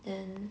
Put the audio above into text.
then